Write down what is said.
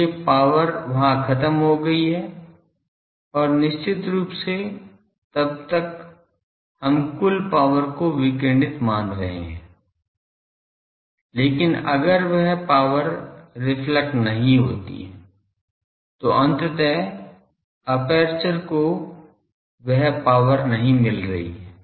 इसलिए पावर वहां ख़त्म गई है और निश्चित रूप से तब हम कुल पावर को विकिरणित मान रहे हैं लेकिन अगर वह पावर रिफ्लेक्ट नहीं होती है तो अंततः एपर्चर को वह पावर नहीं मिल रही है